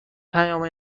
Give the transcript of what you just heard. پیام